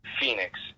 Phoenix